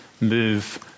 move